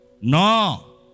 no